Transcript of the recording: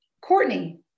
Courtney